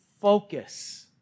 focus